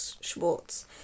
Schwartz